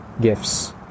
gifts